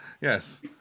Yes